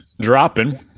dropping